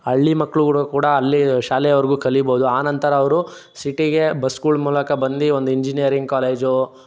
ಹಳ್ಳಿ ಮಕ್ಕಳುಗಳು ಕೂಡ ಅಲ್ಲಿ ಶಾಲೆವರೆಗೂ ಕಲೀಬಹುದು ಆ ನಂತರ ಅವರು ಸಿಟಿಗೆ ಬಸ್ಗಳ ಮೂಲಕ ಬಂದು ಒಂದು ಇಂಜಿನಿಯರಿಂಗ್ ಕಾಲೇಜು